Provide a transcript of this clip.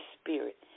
Spirit